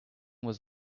was